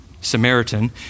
Samaritan